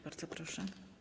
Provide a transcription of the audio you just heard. Bardzo proszę.